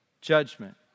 judgment